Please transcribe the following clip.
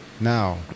Now